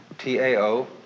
T-A-O